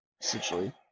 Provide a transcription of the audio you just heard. Essentially